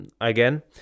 Again